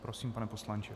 Prosím, pane poslanče.